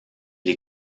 les